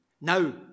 Now